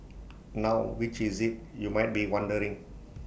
now which is IT you might be wondering